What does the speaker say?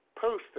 posted